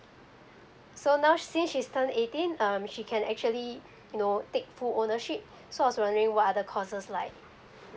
so now since she's turn eighteen um she can actually you know take full ownership so I was wondering what are the courses like